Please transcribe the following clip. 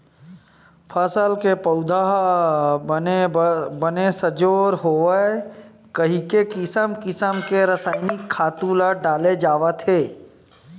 फसल के पउधा ह बने सजोर होवय कहिके किसम किसम के रसायनिक खातू डाले जावत हे